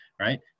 right